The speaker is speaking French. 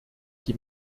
qui